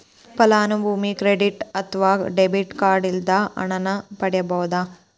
ಫಲಾನುಭವಿ ಕ್ರೆಡಿಟ್ ಅತ್ವ debit card ಇಲ್ಲದ ಹಣನ ಪಡಿಬೋದ್